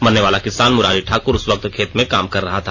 मरने वाला किसान मुरारी ठाक्र उस वक्त खेत मे काम कर रहा था